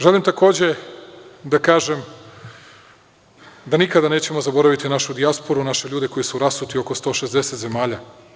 Želim takođe da kažem da nikada nećemo zaboraviti našu dijasporu, naše ljude koji su rasuti u oko 160 zemalja.